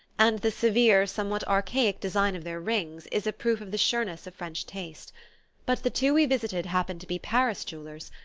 and the severe, somewhat archaic design of their rings is a proof of the sureness of french taste but the two we visited happened to be paris jewellers,